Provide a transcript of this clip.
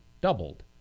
doubled